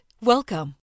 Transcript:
welcome